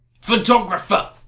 photographer